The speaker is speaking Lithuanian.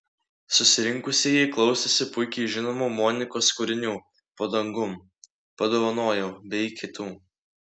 susirinkusieji klausėsi puikiai žinomų monikos kūrinių po dangum padovanojau bei kitų